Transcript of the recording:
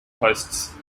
hosts